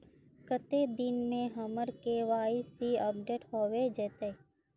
कते दिन में हमर के.वाई.सी अपडेट होबे जयते?